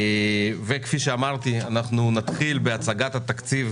אנחנו נתחיל בהצגת התקציב